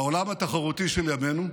בעולם התחרותי של ימינו,